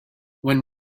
when